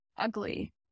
ugly